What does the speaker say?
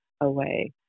away